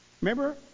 Remember